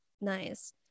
nice